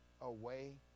away